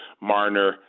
Marner